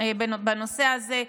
בנושא הזה: